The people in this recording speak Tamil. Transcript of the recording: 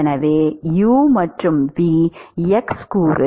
எனவே u மற்றும் v x கூறு